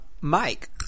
Mike